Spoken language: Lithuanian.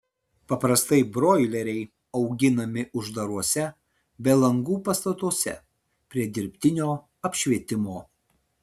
paprastai broileriai auginami uždaruose be langų pastatuose prie dirbtinio apšvietimo